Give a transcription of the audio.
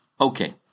Okay